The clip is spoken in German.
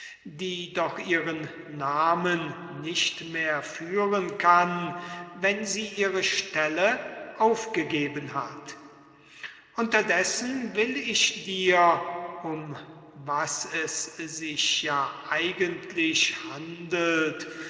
die doch ihren namen nicht mehr führen kann wenn sie ihre stelle aufgegeben hat unterdessen will ich dir um was es sich ja handelt